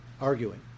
arguing